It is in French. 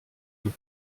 vous